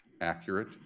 accurate